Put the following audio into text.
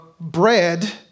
bread